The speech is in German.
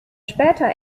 später